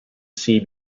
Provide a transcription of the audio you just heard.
see